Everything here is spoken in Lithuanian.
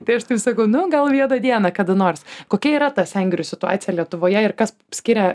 tai aš taip sakau nu gal vieną dieną kada nors kokia yra ta sengirių situacija lietuvoje ir kas skiria